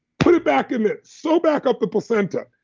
put it back in it, sew back up the placenta.